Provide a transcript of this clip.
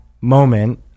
moment